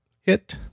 Hit